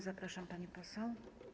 Zapraszam, pani poseł.